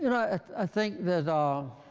i think there's um